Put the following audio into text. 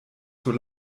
sur